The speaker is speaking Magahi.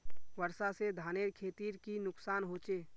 वर्षा से धानेर खेतीर की नुकसान होचे?